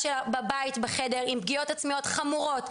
שלה בבית בחדר עם פגיעות עצמיות חמורות,